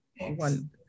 one